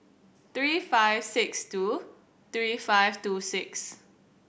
three five six two three five two six